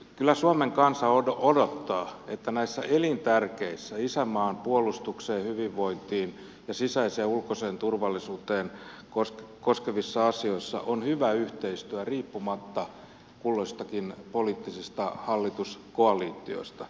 kyllä suomen kansa odottaa että näissä elintärkeissä isänmaan puolustusta hyvinvointia ja sisäistä ja ulkoista turvallisuutta koskevissa asioissa on hyvä yhteistyö riippumatta kulloisistakin poliittisista hallituskoalitioista